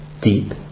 deep